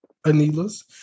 Anila's